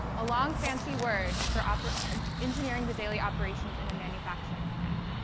a long fancy word for um ah engineering the daily operations in a manufacturing plant.